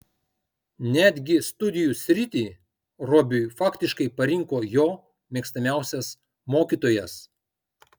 netgi studijų sritį robiui faktiškai parinko jo mėgstamiausias mokytojas